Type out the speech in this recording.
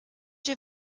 your